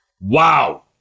Wow